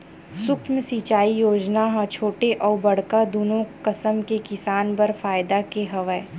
सुक्ष्म सिंचई योजना ह छोटे अउ बड़का दुनो कसम के किसान बर फायदा के हवय